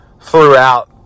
throughout